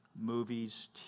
movies